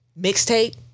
mixtape